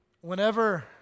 Whenever